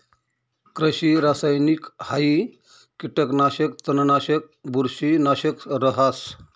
कृषि रासायनिकहाई कीटकनाशक, तणनाशक, बुरशीनाशक रहास